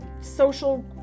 social